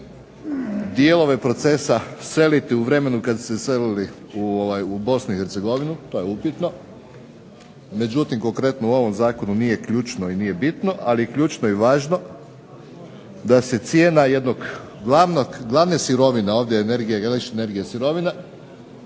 dijelove procesa seliti u vremenu kada su se selili u Bosnu i Hercegovinu, to je upitno. Međutim, konkretno u ovom Zakonu nije ključno i bitno, ali je ključno i važno da se cijena jednog glavne sirovine, ovdje električna energija je sirovina,